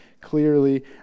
clearly